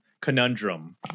conundrum